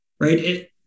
right